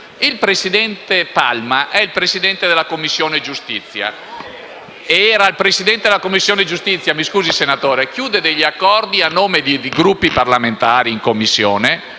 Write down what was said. Il senatore Palma era il presidente della Commissione giustizia e chiude degli accordi a nome di Gruppi parlamentari in Commissione.